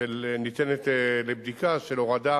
שניתנת לבדיקה, של הורדה